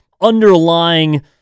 underlying